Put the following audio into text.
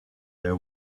their